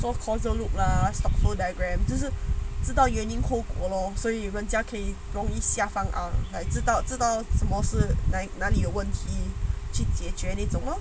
做 causal loop lah satu diagram 只是知道原因苦苦 lor 所以人家可以容易一下方才知道知道什么是哪哪里问题就解决你走了